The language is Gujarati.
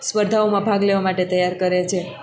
સ્પર્ધાઓમાં ભાગ લેવા માટે તૈયાર કરે છે